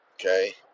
Okay